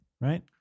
right